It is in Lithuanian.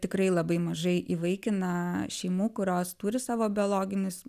tikrai labai mažai įvaikina šeimų kurios turi savo biologinius